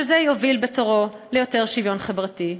וזה יוביל בתורו ליותר שוויון חברתי,